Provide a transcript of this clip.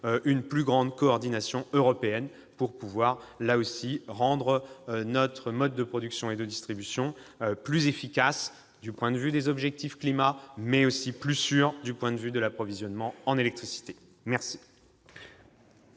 une plus grande coordination européenne pour pouvoir rendre notre mode de production et de distribution plus efficace au regard des objectifs « climat », mais aussi plus sûr du point de vue de l'approvisionnement en électricité. Nous